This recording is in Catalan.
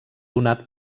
donat